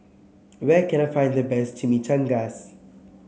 where can I find the best Chimichangas